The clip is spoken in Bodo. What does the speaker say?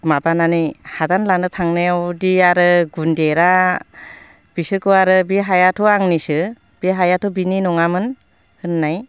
माबानानै हादान लानो थांनायावदि आरो गुनजेरा बिसोरखौ आरो बे हायाथ' आंनिसो बे हायाथ' बिनि नङामोन होननाय